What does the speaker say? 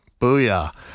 Booyah